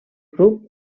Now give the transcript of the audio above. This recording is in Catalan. grup